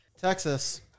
Texas